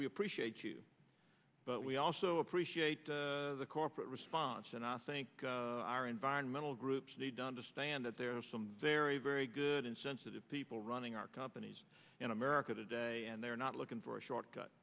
we appreciate you but we also appreciate the corporate response and i think our environmental groups need to understand that there are some very very good and sensitive people running our companies in america today and they're not looking for a shortcut